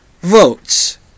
votes